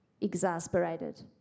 Exasperated